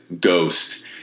Ghost